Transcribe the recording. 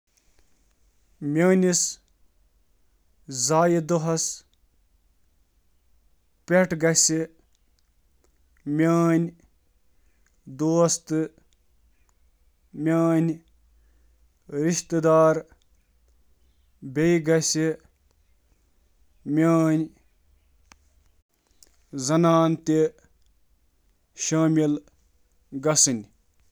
میون مثٲلی زایہِ دۄہ آسہِ صِرِف اکھ عام دۄہ۔ یہِ آسہِ میانٮ۪ن دوستن تہٕ میٲنِس عیالَس سۭتۍ۔